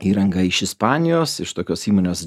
įrangą iš ispanijos iš tokios įmonės